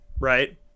right